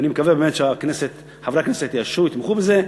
ואני מקווה באמת שחברי הכנסת יתמכו בזה.